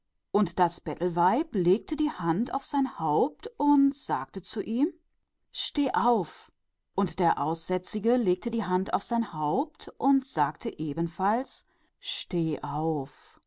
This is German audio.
und das bettelweib legte ihm die hand aufs haupt und sprach stehe auf und der aussätzige legte ihm die hand aufs haupt und sprach auch stehe auf